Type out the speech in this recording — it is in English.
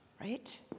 Right